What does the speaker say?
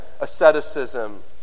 asceticism